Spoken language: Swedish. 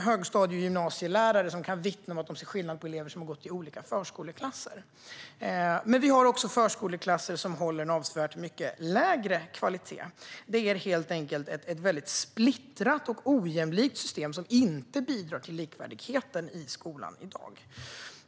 Högstadie och gymnasielärare kan vittna om att de ser skillnad på elever som har gått i olika förskoleklasser. Men det finns också förskoleklasser som håller en avsevärt lägre kvalitet. Det är helt enkelt ett splittrat och ojämlikt system som inte bidrar till likvärdigheten i skolan i dag.